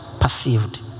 perceived